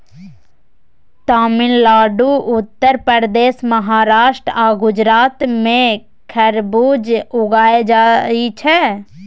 तमिलनाडु, उत्तर प्रदेश, महाराष्ट्र आ गुजरात मे खरबुज उगाएल जाइ छै